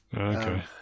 okay